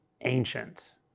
ancient